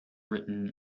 written